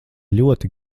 ļoti